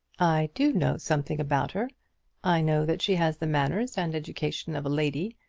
i do know something about her i know that she has the manners and education of a lady,